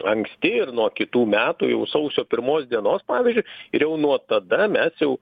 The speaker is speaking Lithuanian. anksti ir nuo kitų metų jau sausio pirmos dienos pavyzdžiui jau nuo tada mes jau